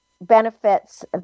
benefits